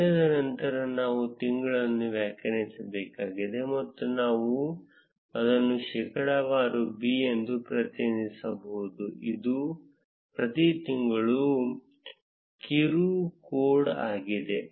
ದಿನದ ನಂತರ ನಾವು ತಿಂಗಳನ್ನು ವ್ಯಾಖ್ಯಾನಿಸಬೇಕಾಗಿದೆ ಮತ್ತು ನಾವು ಅದನ್ನು ಶೇಕಡಾವಾರು b ಎಂದು ಪ್ರತಿನಿಧಿಸಬಹುದು ಇದು ಪ್ರತಿ ತಿಂಗಳುಗಳ ಕಿರು ಕೋಡ್ ಆಗಿದೆ